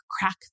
crack